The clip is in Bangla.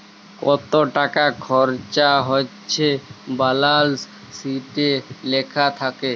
কত টাকা খরচা হচ্যে ব্যালান্স শিটে লেখা থাক্যে